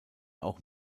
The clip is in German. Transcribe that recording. auch